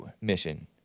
mission